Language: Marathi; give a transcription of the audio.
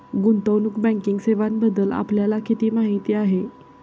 गुंतवणूक बँकिंग सेवांबद्दल आपल्याला किती माहिती आहे?